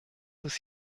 ist